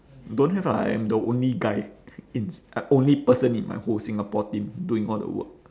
don't have lah I am the only guy in I only person in my whole singapore team doing all the work